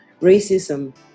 racism